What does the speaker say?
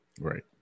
right